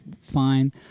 fine